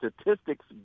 statistics